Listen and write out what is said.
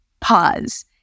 pause